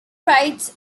writes